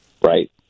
right